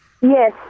Yes